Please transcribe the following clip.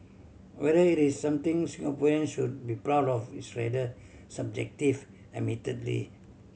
whether it is something Singaporean should be proud of is rather subjective admittedly